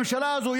הממשלה הזו,